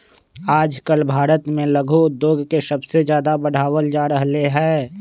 आजकल भारत में लघु उद्योग के सबसे ज्यादा बढ़ावल जा रहले है